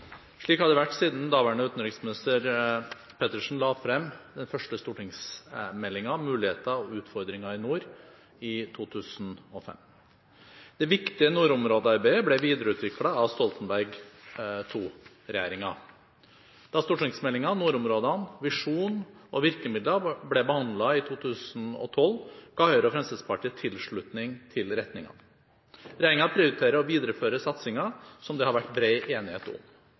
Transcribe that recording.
Slik har det vært siden daværende utenriksminister Petersen la frem den første stortingsmeldingen Muligheter og utfordringer i nord i 2005. Det viktige nordområdearbeidet ble videreutviklet av Stoltenberg II-regjeringen. Da stortingsmeldingen Nordområdene – visjon og virkemidler ble behandlet i 2012, ga Høyre og Fremskrittspartiet tilslutning til retningen. Regjeringen prioriterer å videreføre satsinger som det har vært bred enighet om.